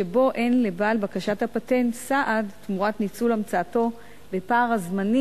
שבו מתפרסמות בקשות הפטנט רק לאחר שהליך בחינתן